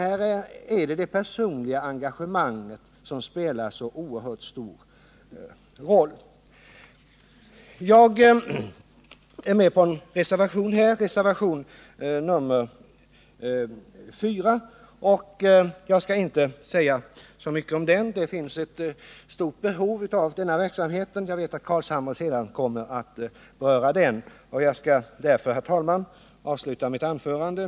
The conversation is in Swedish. Här spelar det personliga engagemanget så oerhört stor roll. Jag har varit med om att avge reservationen 4. Jag skall inte säga så mycket om den reservationen, eftersom jag vet att Nils Carlshamre kommer att beröra den. Låt mig endast framhålla att det finns ett stort behov av denna verksamhet. Herr talman!